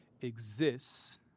exists